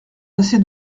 assez